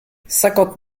cinquante